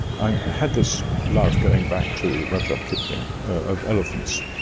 i had this love, going back to rudyard kipling, of elephants.